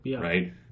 right